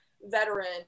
veteran